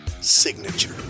signature